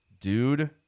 Dude